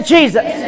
Jesus